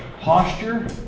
posture